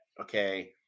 okay